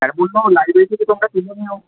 sir বলল library থেকে তোমরা তুলে নিও